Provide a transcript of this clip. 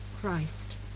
Christ